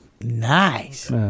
Nice